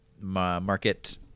market